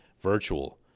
virtual